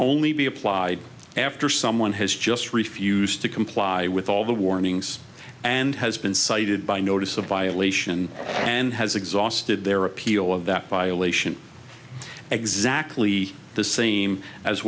only be applied after someone has just refused to comply with all the warnings and has been cited by notice of violation and has exhausted their appeal of that violation exactly the same as